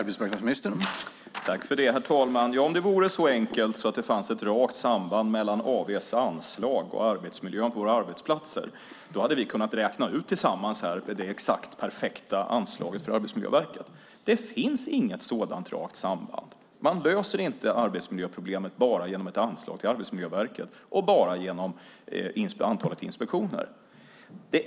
Herr talman! Om det vore så enkelt att det fanns ett rakt samband mellan AV:s anslag och arbetsmiljön på våra arbetsplatser hade vi tillsammans här kunnat räkna ut det exakt perfekta anslaget för Arbetsmiljöverket. Det finns inget sådant rakt samband. Man löser inte arbetsmiljöproblemet bara genom ett anslag till Arbetsmiljöverket och bara genom att öka antalet inspektioner.